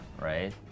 right